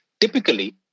Typically